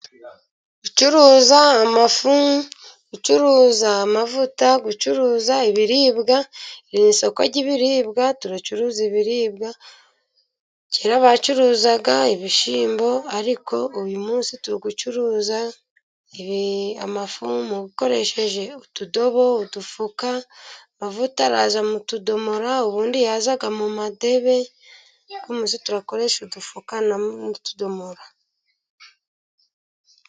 Gucuruza amafu, gucuruza amavuta, gucuruza ibiribwa. Ni isoko ry'ibiribwa turacuruza ibiribwa, kera bacuruzaga ibishyimbo ariko uyu munsi turi gucuruza amafu, dukoresheje utudobo n'udufuka. Amavuta araza mu tudomoro ubundi yazaga mu madebe, ubu dukoresha udufuka n'utudobo.